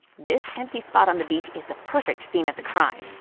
this empty spot on the beach is the perfect scene of the crime.